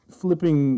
flipping